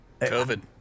COVID